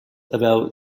about